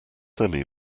semi